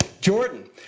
Jordan